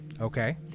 Okay